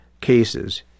cases